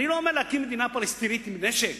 אני לא אומר להקים מדינה פלסטינית עם נשק,